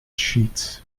sheets